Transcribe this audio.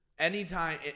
Anytime